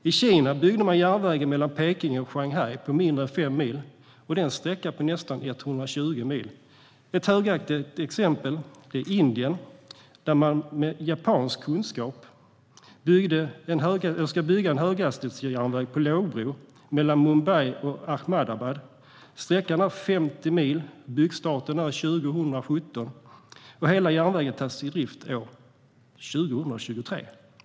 I Kina byggde man järnvägen mellan Peking och Shanghai på mindre än fem år, och det är en sträcka på nästan 120 mil. Ett högaktuellt exempel är Indien, där man med japansk kunskap ska bygga en höghastighetsjärnväg på lågbro mellan Mumbai och Ahmadabad. Sträckan är 50 mil. Byggstarten är 2017. Och hela järnvägen tas i drift år 2023.